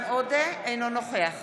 אינו נוכח